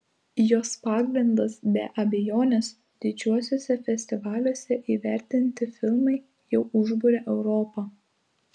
jos pagrindas be abejonės didžiuosiuose festivaliuose įvertinti filmai jau užbūrę europą